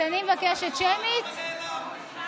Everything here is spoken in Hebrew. אז אני בינתיים קורא לך,